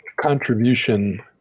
contribution